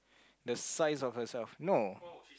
the size of herself no